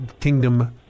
Kingdom